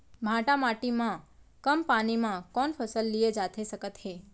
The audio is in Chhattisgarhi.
भांठा माटी मा कम पानी मा कौन फसल लिए जाथे सकत हे?